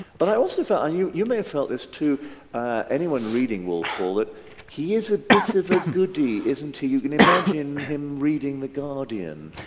but i also felt on you you may have felt this to anyone reading wolf hall that he is a bit of a goodie isn't he? you can imagine him reading the guardian